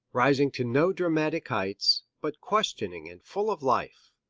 rising to no dramatic heights, but questioning and full of life.